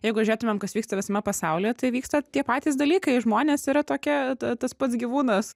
jeigu žiūrėtumėm kas vyksta visame pasaulyje tai vyksta tie patys dalykai žmonės yra tokie tas pats gyvūnas